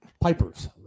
Pipers